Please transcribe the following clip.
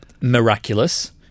miraculous